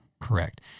Correct